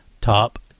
Top